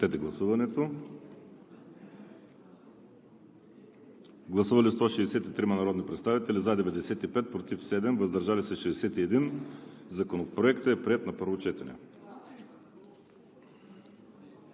2020 г. Гласували 163 народни представители: за 95, против 7, въздържали се 61. Законопроектът е приет на първо четене.